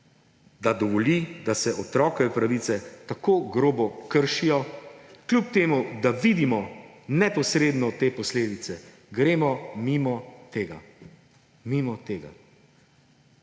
da dovoli, da se otrokove pravice tako grobo kršijo, kljub temu da vidimo neposredno te posledice, gremo mimo tega. Mimo tega!